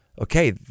okay